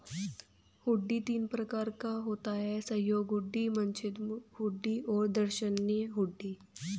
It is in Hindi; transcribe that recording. हुंडी तीन प्रकार का होता है सहयोग हुंडी, मुद्दती हुंडी और दर्शनी हुंडी